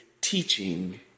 teaching